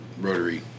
rotary